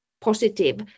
positive